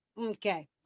Okay